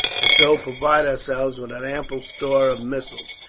and so provide ourselves with an ample store of missiles.